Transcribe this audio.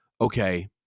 okay